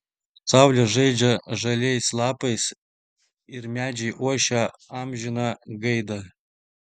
saulė žaidžia žaliais lapais ir medžiai ošia amžiną gaidą